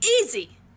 easy